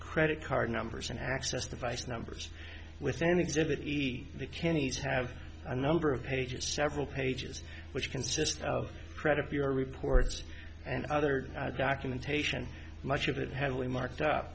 credit card numbers an access device numbers with an exhibit easy kennie's have a number of pages several pages which consist of credit reports and other documentation much of it heavily marked up